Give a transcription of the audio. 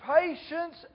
patience